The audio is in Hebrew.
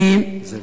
זֶווין.